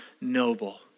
noble